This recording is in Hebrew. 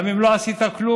גם אם לא עשית כלום,